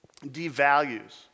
devalues